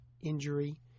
injury